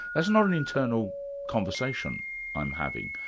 that's not an internal conversation i'm having,